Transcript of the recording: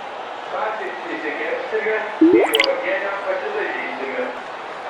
patys išsikepsime į uogienę pasidažysime